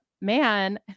man